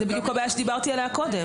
זאת בדיוק הבעיה שדיברתי עליה קודם.